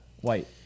white